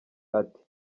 ati